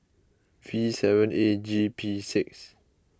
V seven A G P six